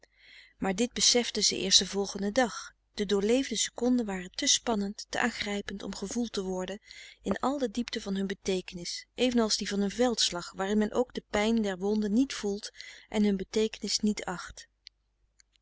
maar dit beseften ze eerst den volgenden dag de doorleefde seconden waren te spannend te aangrijpend om gevoeld te worden in al de diepte van hun beteekenis evenals die van een veldslag waarin men ook de pijn frederik van eeden van de koele meren des doods der wonden niet voelt en hun beteekenis niet acht